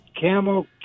camel